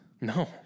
No